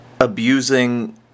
abusing